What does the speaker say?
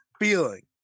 feeling